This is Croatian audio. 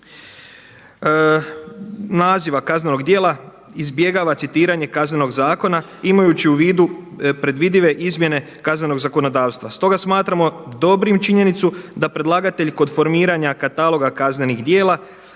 naziva kaznenog djela izbjegava citiranje Kaznenog zakona imajući u vidu predvidive izmjene kaznenog zakonodavstva. Stoga smatramo dobrim činjenicu da predlagatelj kod formiranja kataloga kaznenih djela